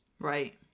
Right